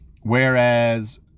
Whereas